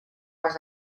les